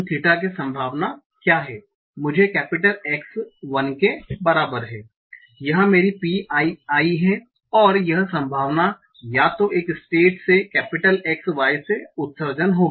theta की संभावना क्या है जो मुझे X 1 के बराबर है यह मेरी pi i है और यह संभावना या तो एक स्टेट से X 1 से उत्सर्जन होगी